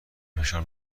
فشار